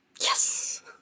Yes